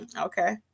Okay